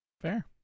Fair